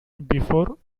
before